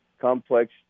complex